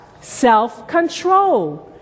Self-control